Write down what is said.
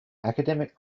academic